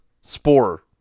spore